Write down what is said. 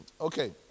Okay